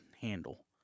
handle